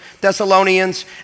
Thessalonians